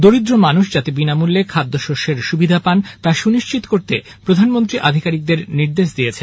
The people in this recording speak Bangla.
দরিদ্র মানুষ যাতে বিনামূল্যে খাদ্যশস্যের সুবিধা পান তা সুনিশ্চিত করতে প্রধানমন্ত্রী আধিকারিকদের নির্দেশ দিয়েছেন